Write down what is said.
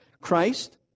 Christ